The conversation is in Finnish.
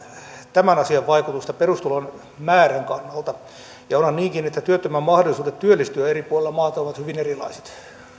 tämän asian vaikutusta perustulon määrän kannalta onhan niinkin että työttömän mahdollisuudet työllistyä eri puolilla maata ovat hyvin erilaiset